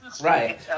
Right